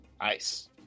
ice